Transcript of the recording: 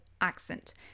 accent